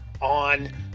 on